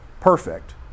perfect